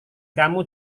kamu